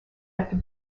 after